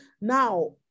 now